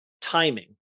timing